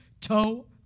Toe